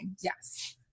Yes